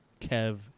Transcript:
Kev